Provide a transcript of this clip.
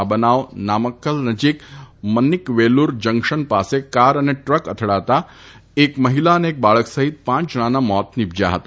આ બનાવ નામાક્કલ નજીક મન્નીકવેલુર જંકશન પાસે કાર અને ટ્રક અથડાતાં અને એક મહિલા અને એક બાળક સહિત પાંચ જણાંનાં માત નિપજ્યા હતા